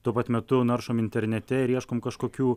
tuo pat metu naršom internete ir ieškom kažkokių